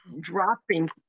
dropping